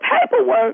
paperwork